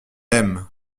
aime